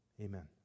amen